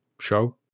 show